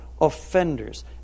offenders